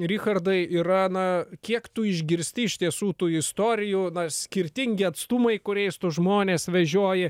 richardai yra na kiek tu išgirsti iš tiesų tų istorijų skirtingi atstumai kuriais tu žmones važioji